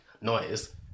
noise